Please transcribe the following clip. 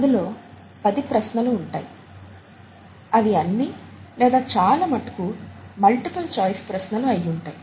అందులో పది ప్రశ్నలు ఉంటాయి అవి అన్నీ లేదా చాలా మటుకు మల్టిపుల్ ఛాయిస్ ప్రశ్నలు అయ్యి ఉంటాయి